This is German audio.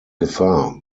gefahr